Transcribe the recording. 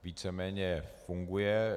Víceméně funguje.